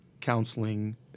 counseling